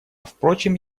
впрочем